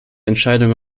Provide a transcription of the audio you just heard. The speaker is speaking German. entscheidung